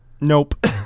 Nope